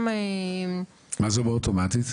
מה זה אומר אוטומטית?